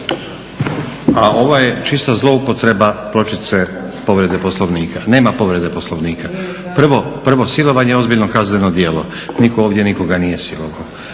A ovo je čista zloupotreba pločice povrede Poslovnika. Nema povrede Poslovnika. Prvo, silovanje je ozbiljno kazneno djelo. Nitko ovdje nikoga nije silovao.